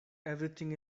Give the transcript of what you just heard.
everything